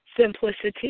simplicity